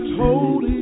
told